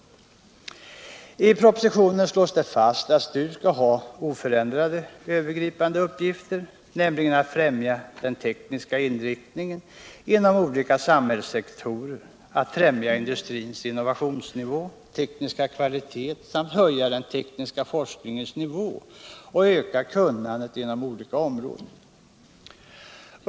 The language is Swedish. I propositionen slås fast att STU skall ha oförändrade övergripande uppgifter, nämligen att främja den tekniska inriktningen inom olika samhällssektorer, att främja industrins innovationsnivå och tekniska kvalitet samt att höja den tekniska forskningens nivå och öka kunnandet inom olika områden.